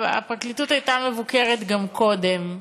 הפרקליטות הייתה מבוקרת גם קודם.